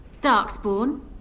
Darkspawn